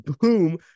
Boom